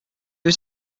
was